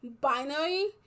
binary